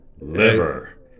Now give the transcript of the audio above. Liver